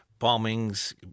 bombings